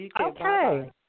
Okay